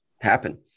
happen